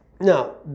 Now